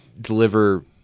deliver